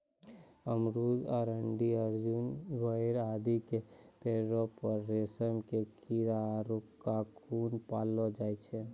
अमरूद, अरंडी, अर्जुन, बेर आदि के पेड़ पर रेशम के कीड़ा आरो ककून पाललो जाय छै